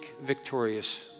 victorious